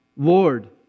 Lord